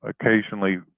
occasionally